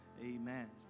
Amen